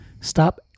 stop